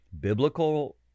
Biblical